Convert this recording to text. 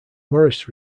morris